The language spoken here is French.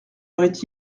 aurait